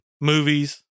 movies